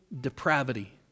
depravity